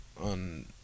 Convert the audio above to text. on